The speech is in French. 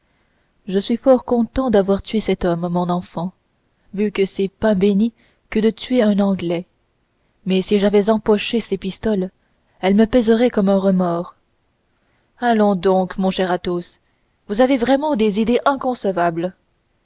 je suis fort content d'avoir tué ce drôle mon enfant vu que c'est pain bénit que de tuer un anglais mais si j'avais empoché ses pistoles elles me pèseraient comme un remords allons donc mon cher athos vous avez vraiment des idées inconcevables